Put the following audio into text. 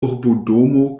urbodomo